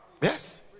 Yes